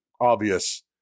obvious